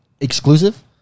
Exclusive